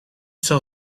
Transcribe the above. zal